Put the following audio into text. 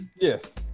Yes